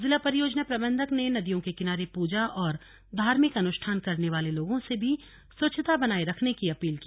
जिला परियोजना प्रबन्धक ने नदियों के किनारे पूजा और धार्मिक अनुष्ठान करने वाले लोगों से भी स्वच्छता बनाये रखने की अपील की